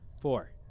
Four